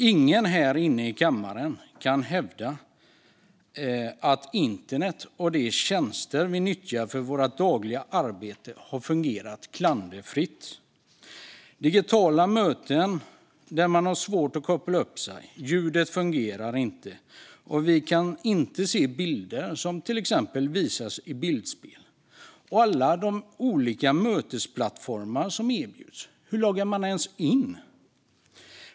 Ingen här inne i kammaren kan hävda att internet och de tjänster vi nyttjar för vårt dagliga arbete har fungerat klanderfritt. Det har varit digitala möten där man har svårt att koppla upp sig, ljudet fungerar inte, det går inte att se bilder som visas i bildspel - och hur loggar man ens in på alla olika mötesplattformar som erbjuds?